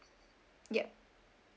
yup